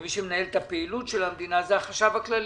ומי שמנהל את הפעילות של המדינה זה החשב הכללי.